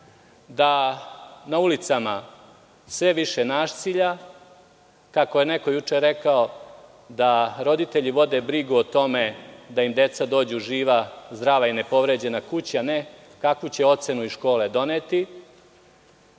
da na ulicama sve više nasilja i kako je neko juče rekao, da roditelji vode brigu o tome da im deca dođu živa, zdrava i nepovređena kući, a ne kakvu će ocenu iz škole doneti,